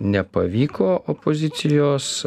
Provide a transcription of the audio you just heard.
nepavyko opozicijos